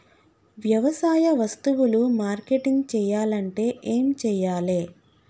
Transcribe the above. వ్యవసాయ వస్తువులు మార్కెటింగ్ చెయ్యాలంటే ఏం చెయ్యాలే?